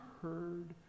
heard